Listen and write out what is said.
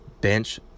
bench